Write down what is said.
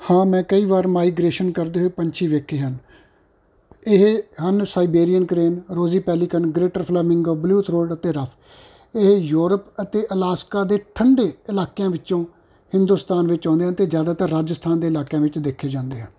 ਹਾਂ ਮੈਂ ਕਈ ਵਾਰ ਮਾਈਗ੍ਰੇਸ਼ਨ ਕਰਦੇ ਹੋਏ ਪੰਛੀ ਵੇਖੇ ਹਨ ਇਹ ਹਨ Siberian crane rosy pelican greater flamingo bluethroat ਅਤੇ ਰਫ ਇਹ ਯੂਰਪ ਅਤੇ ਅਲਾਸਕਾ ਦੇ ਠੰਡੇ ਇਲਾਕਿਆਂ ਵਿੱਚੋਂ ਹਿੰਦੁਸਤਾਨ ਵਿੱਚ ਆਉਂਦੇ ਹਨ ਅਤੇ ਜ਼ਿਆਦਾਤਰ ਰਾਜਸਥਾਨ ਦੇ ਇਲਾਕਿਆਂ ਵਿੱਚ ਦੇਖੇ ਜਾਂਦੇ ਹਨ